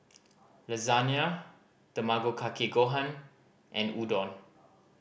Lasagne Tamago Kake Gohan and Udon